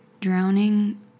drowning